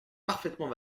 parfaitement